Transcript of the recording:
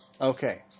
Okay